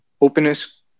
openness